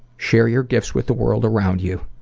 share your gifts with the world around you,